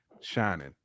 shining